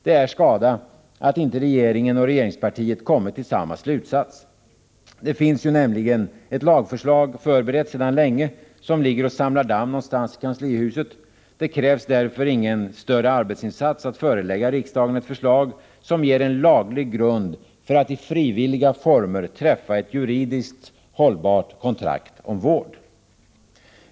Det är skada, att inte regeringen och regeringspartiet har kommit till samma slutsats. Det finns nämligen ett lagförslag förberett sedan länge, som ligger och samlar damm någonstans i kanslihuset. Det krävs därför ingen större arbetsinsats att förelägga riksdagen ett förslag, som ger en laglig grund för att i frivilliga former ingå ett juridiskt hållbart kontrakt om vård.